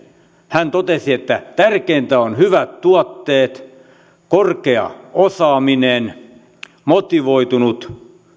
hän totesi että tärkeintä ovat hyvät tuotteet korkea osaaminen motivoitunut